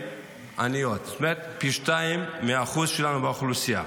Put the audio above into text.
זאת אומרת פי שניים מהאחוז שלנו באוכלוסייה,